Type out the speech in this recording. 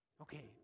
Okay